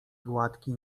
gładki